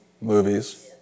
movies